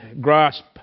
grasp